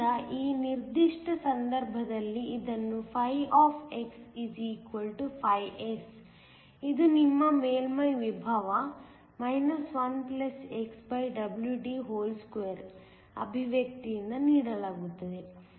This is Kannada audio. ಆದ್ದರಿಂದ ಈ ನಿರ್ದಿಷ್ಟ ಸಂದರ್ಭದಲ್ಲಿ ಇದನ್ನು φ φs ಇದು ನಿಮ್ಮ ಮೇಲ್ಮೈ ವಿಭವ 1 xWD2 ಅಭಿವ್ಯಕ್ತಿಯಿಂದ ನೀಡಲಾಗುತ್ತದೆ